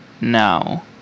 now